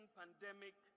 pandemic